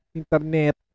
internet